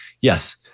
yes